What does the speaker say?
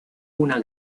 una